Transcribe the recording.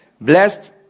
Blessed